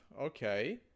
okay